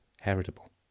heritable